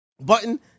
button